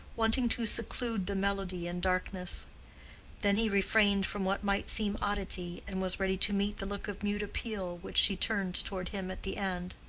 wanting to seclude the melody in darkness then he refrained from what might seem oddity, and was ready to meet the look of mute appeal which she turned toward him at the end.